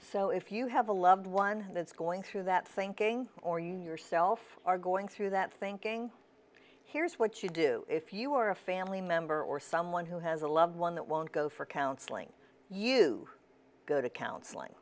so if you have a loved one that's going through that thinking or you yourself are going through that thinking here's what you do if you are a family member or someone who has a loved one that won't go for counseling you go to counseling